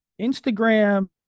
Instagram